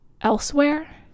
elsewhere